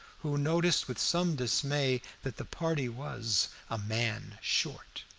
who noticed with some dismay that the party was a man short.